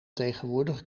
tegenwoordig